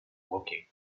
woking